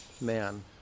man